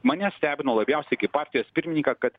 mane stebino labiausiai kaip partijos pirmininką kad